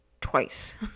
twice